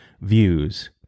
Views